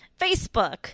Facebook